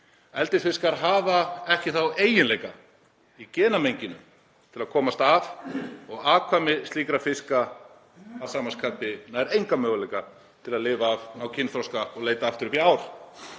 Eldisfiskar hafa ekki þá eiginleika í genamenginu til að komast af og afkvæmi slíkra fiska hafa að sama skapi nær enga möguleika til að lifa af, ná kynþroska og leita aftur upp í ár.